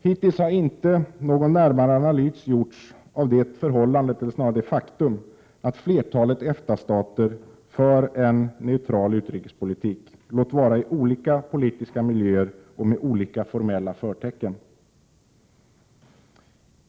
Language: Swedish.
Hittills har inte någon närmare analys gjorts av det faktum att flertalet EFTA-stater för en neutral utrikespolitik, låt vara i olika politiska miljöer och med olika formella förtecken.